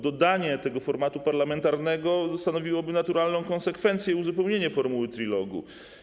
Dodanie tego formatu parlamentarnego stanowiłoby naturalną konsekwencję i uzupełnienie formuły Trilogu.